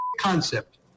concept